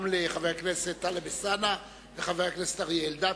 גם לחבר הכנסת טלב אלסאנע ולחבר הכנסת אריה אלדד,